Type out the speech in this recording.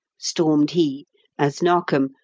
stormed he as narkom,